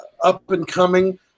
up-and-coming